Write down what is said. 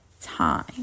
time